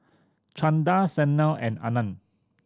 Chanda Sanal and Anand